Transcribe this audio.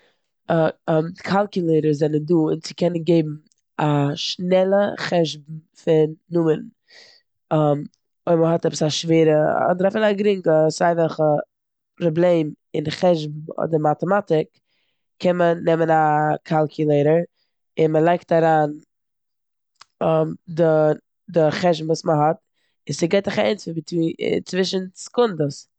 קאלקיולעיטערס זענען דא צו קענען געבן א שנעלע חשבון פון נומערן. אויב מ'האט עפעס א שווערע, אדער אפילו א גרינגע, סיי וועלכע פראבלעם אים חשבון אדער מאטעמאטיק קען מען נעמען א קאלקיולעיטאר און מ'לייגט אריין די- די חשבון וואס מ'האט און ס'גיבט דיך א ענטפער ביטווי- צווישן סעקונדעס.